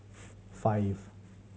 five